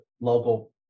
local